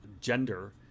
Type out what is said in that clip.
gender